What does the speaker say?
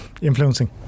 Influencing